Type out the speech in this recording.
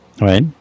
Right